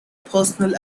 personal